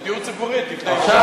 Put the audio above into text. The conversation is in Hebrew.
זה דיור ציבורי, אז תבנה דירות.